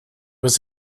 was